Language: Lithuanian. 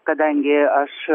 kadangi aš